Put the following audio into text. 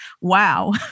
wow